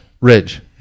Ridge